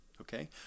Okay